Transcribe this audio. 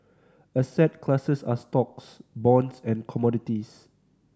asset classes are stocks bonds and commodities